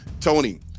Tony